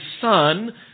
son